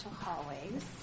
hallways